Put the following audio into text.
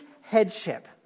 headship